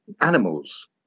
animals